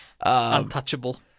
Untouchable